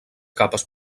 capes